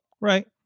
right